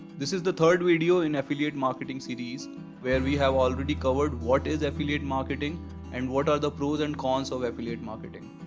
this is the third video in affiliate marketing series where we have already covered what is affiliate marketing and what are the pros and cons of affiliate marketing.